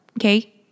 Okay